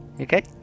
okay